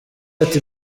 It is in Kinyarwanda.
ati